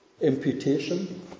imputation